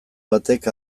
batek